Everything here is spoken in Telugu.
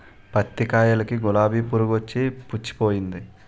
పత్తి కాయలకి గులాబి పురుగొచ్చి పుచ్చిపోయింది